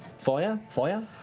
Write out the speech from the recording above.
fire. fire.